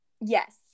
Yes